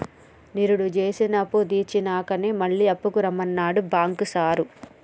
నిరుడు జేసిన అప్పుతీర్సినంకనే మళ్ల అప్పుకు రమ్మన్నడు బాంకు సారు